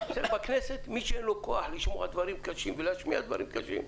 בכנסת מי שאין לו כוח לשמוע דברים קשים ולהשמיע דברים קשים,